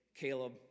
Caleb